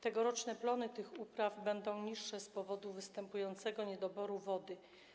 Tegoroczne plony tych upraw będą niższe z powodu występującego niedoboru wody.